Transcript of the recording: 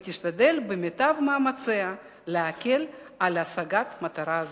ותשתדל במיטב מאמציה להקל על השגת מטרה זו".